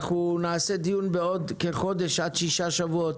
אנחנו נקיים דיון בעוד כחודש עד שישה שבועות,